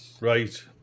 Right